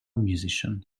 musician